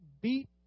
beat